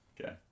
Okay